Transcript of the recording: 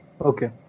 Okay